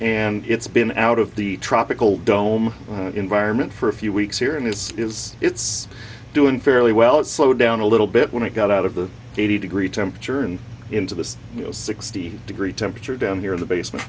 and it's been out of the tropical dome environment for a few weeks here and this is it's doing fairly well it slowed down a little bit when i got out of the eighty degree temperature and into the sixty degree temperature down here in the